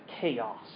chaos